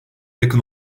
yakın